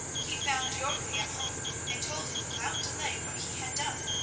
he found jorgli at home and told him without delay what he had done.